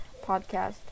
podcast